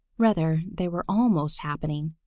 rather, they were almost happening.